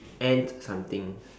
ant something